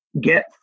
get